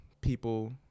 People